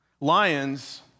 Lions